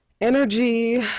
energy